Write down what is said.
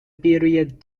period